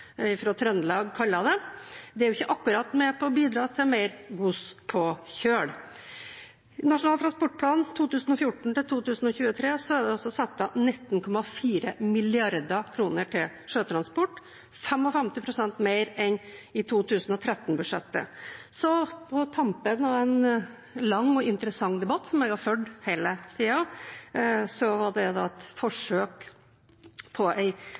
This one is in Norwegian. fra Trøndelag kalte det. Det er ikke akkurat med på å bidra til mer gods på kjøl. I Nasjonal transportplan for 2014–2023 er det satt av 19,4 mrd. kr til sjøtransport. Det er 55 pst. mer enn i 2013-budsjettet. På tampen av en lang og interessant debatt, som jeg har fulgt hele tiden, var dette et forsøk på